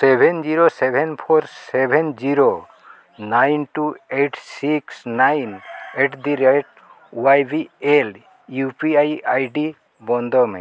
seven zero seven four seven zero nine two eight six nine at the rate Y B L U P ID ᱵᱚᱱᱫᱚᱭ ᱢᱮ